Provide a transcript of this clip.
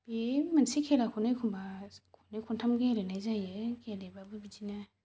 बे मोनसे खेलाखौनो एखनबा खननै खनथाम गेलेनाय जायो गेलेबाबो बिदिनो